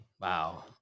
Wow